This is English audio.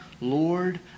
Lord